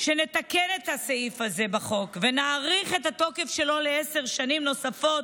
שנתקן את הסעיף הזה בחוק ונאריך את התוקף שלו לעשר שנים נוספות,